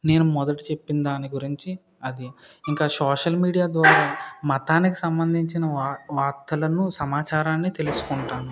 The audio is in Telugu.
నేను మొదటి చెప్పిన దాని గురించి అది ఇంకా సోషల్ మీడియా ద్వారా మతానికి సంబంధించిన వా వార్తలను సమాచారాన్ని తెలుసుకుంటాను